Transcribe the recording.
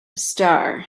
star